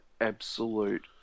absolute